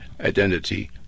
identity